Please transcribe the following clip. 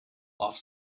off